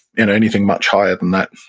and anything much higher than that,